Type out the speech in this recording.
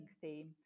theme